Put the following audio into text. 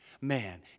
man